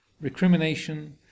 recrimination